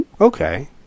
Okay